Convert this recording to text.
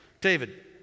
David